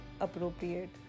appropriate